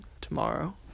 tomorrow